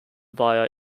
via